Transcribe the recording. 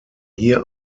hier